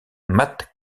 matt